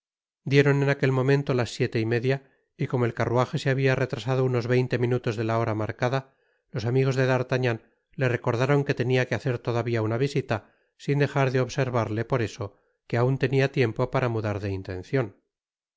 dieron en aquel momento las siete y mediac y como el carruaje se habia retrasado unos veinte minutos de la hora marcada loe amigos de d'artagnan le recordaron que lenia que hacer todavía una visita sin dejar de observarle por eso que aun tenia tiempo para mudar de intencioa